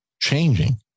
changing